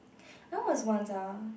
you know there was once ah